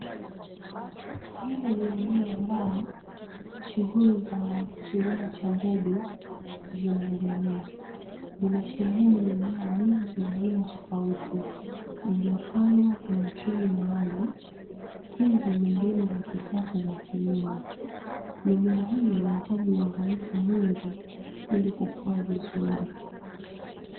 Hili ni eneo ambalo shughuli za kilimo cha mbegu zinaendelea. Limesheheni mimea mingi ya aina tofauti, iliyopandwa kwenye trei maalumu, hizi ni mbinu za kisasa za kilimo. Mimea hii inahitaji uangalifu mwingi ili kukua vizuri.